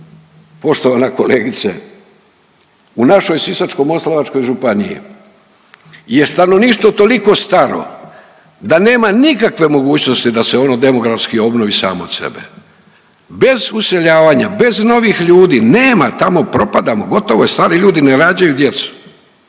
Poštovana kolegice, u našoj Sisačko-moslavačkoj županiji je stanovništvo toliko staro da nema nikakve mogućnosti da se ono demografski obnovi samo od sebe. Bez useljavanja, bez novih ljudi nema tamo propadamo, gotovo je, stari ljudi ne rađaju djecu,